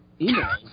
emails